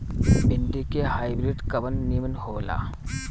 भिन्डी के हाइब्रिड कवन नीमन हो ला?